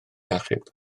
achub